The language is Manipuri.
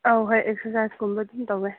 ꯑꯧ ꯍꯣꯏ ꯑꯦꯛꯁꯔꯁꯥꯏꯖ ꯀꯨꯝꯕ ꯑꯗꯨꯝ ꯇꯧꯋꯦ